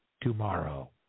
tomorrow